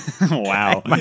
Wow